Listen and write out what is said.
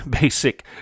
basic